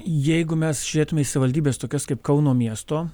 jeigu mes žiūrėtumėme į savivaldybes tokias kaip kauno miesto